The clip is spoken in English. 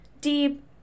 deep